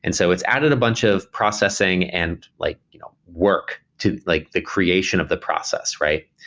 and so it's added a bunch of processing and like you know work to like the creation of the process, right?